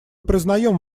признаем